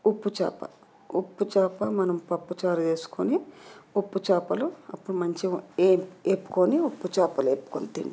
ఉప్పు చేప ఉప్పు చేప మనం పప్పు చారు వేసుకొని ఉప్పు చేపలు అప్పుడు మంచిగా వేపుకుని ఉప్పు చేపలు వేపుకుని తింటాం